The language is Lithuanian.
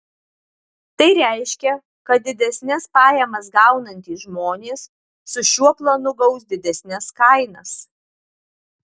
tai reiškia kad didesnes pajamas gaunantys žmonės su šiuo planu gaus didesnes kainas